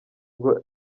ngo